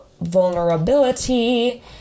vulnerability